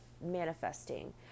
manifesting